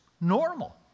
normal